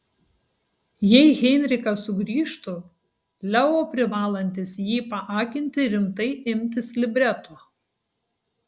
jei heinrichas sugrįžtų leo privalantis jį paakinti rimtai imtis libreto